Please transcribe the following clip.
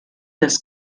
das